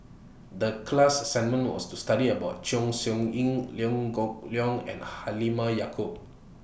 The class assignment was to study about Chong Siew Ying Liew Geok Leong and Halimah Yacob